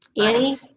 Annie